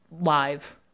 live